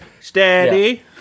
steady